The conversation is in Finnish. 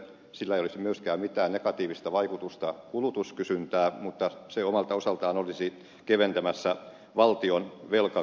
sillä ei olisi myöskään mitään negatiivista vaikutusta kulutuskysyntään mutta se omalta osaltaan olisi keventämässä valtion velkakuormaa